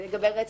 זה לגבי הרצח,